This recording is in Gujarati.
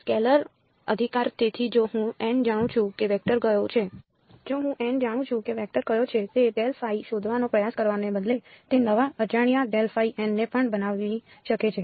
સ્કેલર અધિકાર તેથી જો હું જાણું છું કે વેક્ટર કયો છે તે શોધવાનો પ્રયાસ કરવાને બદલે તે નવા અજાણ્યા ને પણ બનાવી શકે છે